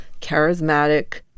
charismatic